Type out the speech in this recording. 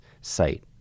site